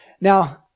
Now